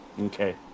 Okay